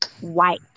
white